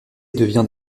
devient